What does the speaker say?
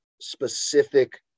specific